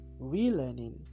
relearning